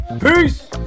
Peace